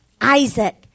Isaac